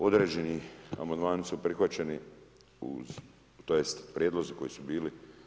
Određeni amandmani su prihvaćeni, tj. prijedlozi koji su bili.